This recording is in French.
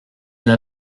l’a